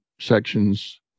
sections